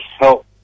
help